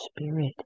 Spirit